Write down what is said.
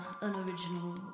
unoriginal